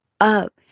up